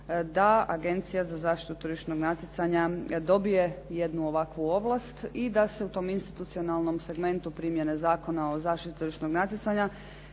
da agencija za zaštitu tržišnog natjecanja dobije jednu ovakvu ovlast i da se u tom institucionalnom segmentu primjene Zakona o zaštiti tržišnog natjecanja